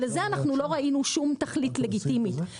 כשלזה לא ראינו שיש שום תכלית לגיטימית,